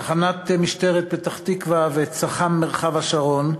תחנת משטרת פתח-תקווה וצח"מ מרחב השרון,